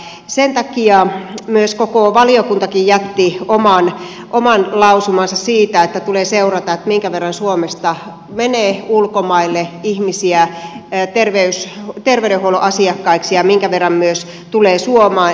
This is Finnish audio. sen takia koko valiokuntakin jätti oman lausumansa siitä että tulee seurata minkä verran suomesta menee ulkomaille ihmisiä terveydenhuollon asiakkaiksi ja minkä verran tulee suomeen